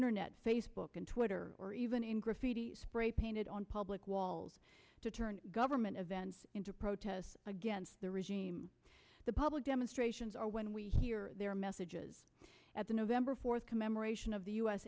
internet facebook and twitter or even in graffiti spray painted on public walls to turn government events into protests against the regime the public demonstrations are when we hear their messages at the november fourth commemoration of the u